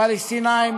פלסטיניים,